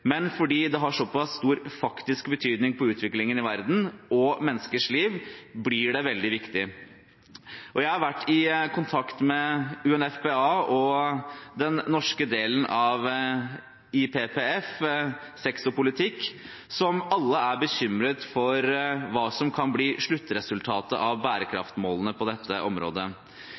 men fordi det har såpass stor faktisk betydning på utviklingen i verden og menneskers liv, blir det veldig viktig. Jeg har vært i kontakt med UNFPA og den norske delen av IPPF, Sex og Politikk, som alle er bekymret for hva som kan bli sluttresultatet av